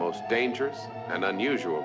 most dangerous and unusual